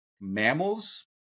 mammals